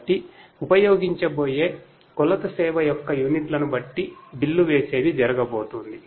కాబట్టి ఉపయోగించబోయే కొలత సేవ యొక్క యూనిట్లను బట్టి బిల్లు వేసేది జరగబోతోంది